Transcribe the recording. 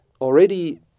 Already